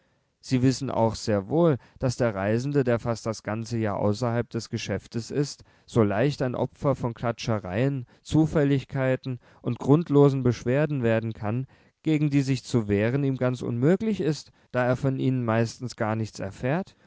sie wissen auch sehr wohl daß der reisende der fast das ganze jahr außerhalb des geschäftes ist so leicht ein opfer von klatschereien zufälligkeiten und grundlosen beschwerden werden kann gegen die sich zu wehren ihm ganz unmöglich ist da er von ihnen meistens gar nichts erfährt